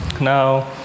Now